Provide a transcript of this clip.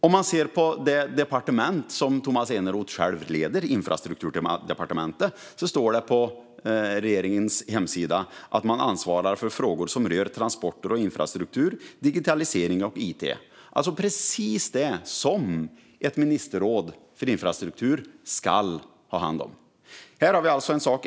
Om man ser på det departement som Tomas Eneroth själv leder, Infrastrukturdepartementet, står det på regeringens hemsida att det ansvarar för frågor som rör transporter och infrastruktur, digitalisering och it. Det är precis det som ett ministerråd för infrastruktur ska ha hand om.